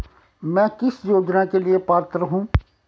मैं किस योजना के लिए पात्र हूँ?